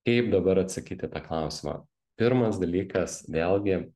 kaip dabar atsakyti į tą klausimą pirmas dalykas vėlgi